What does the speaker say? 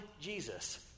Jesus